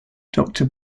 doctor